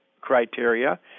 criteria